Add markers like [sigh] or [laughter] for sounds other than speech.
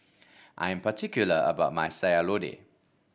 I am [noise] particular about my Sayur Lodeh